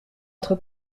être